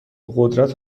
قدرت